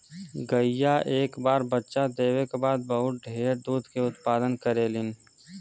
गईया एक बार बच्चा देवे क बाद बहुत ढेर दूध के उत्पदान करेलीन